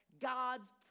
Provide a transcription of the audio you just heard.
God's